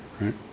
right